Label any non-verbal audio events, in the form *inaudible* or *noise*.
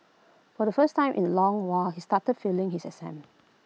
for the first time in A long while he started failing his *unintelligible*